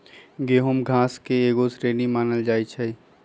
गेहूम घास के एगो श्रेणी मानल जाइ छै